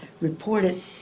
reported